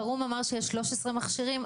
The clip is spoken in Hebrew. ברהום אמר שיש 13 מכשירים,